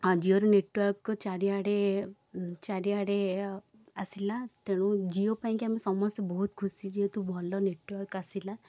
ଆଁ ଜିଓର ନେଟୱାର୍କ୍ ଚାରିଆଡ଼େ ଚାରିଆଡ଼େ ଆସିଲା ତେଣୁ ଜିଓ ପାଇଁକି ଆମେ ସମସ୍ତେ ବହୁତ ଖୁସି ଯେହେତୁ ଭଲ ନେଟୱାର୍କ୍ ଆସିଲା